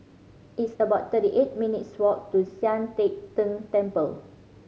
it's about thirty eight minutes' walk to Sian Teck Tng Temple